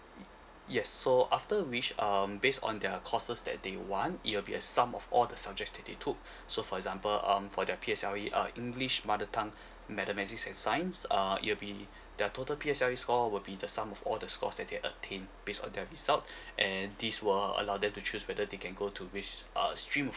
yes so after which um based on their courses that they want it will be a sum of all the subject did they took so for example um for their P_S_L_E uh english mother tongue mathematics and science err it'll be their total P_S_L_E score will be the sum of all the scores that they attain based on their result and this will allow them to choose whether they can go to which uh stream or